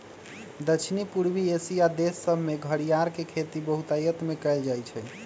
दक्षिण पूर्वी एशिया देश सभमें घरियार के खेती बहुतायत में कएल जाइ छइ